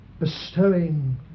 Bestowing